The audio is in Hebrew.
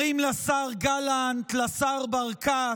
אומרים לשר גלנט, לשר ברקת,